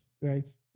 right